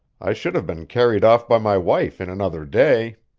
i should have been carried off by my wife in another day.